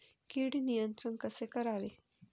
कीड नियंत्रण कसे करावे?